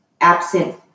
absent